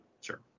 sure